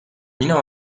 minu